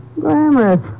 Glamorous